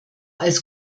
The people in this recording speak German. als